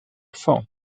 phone